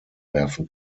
werfen